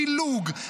פילוג,